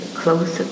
close